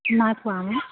নাই পোৱা ও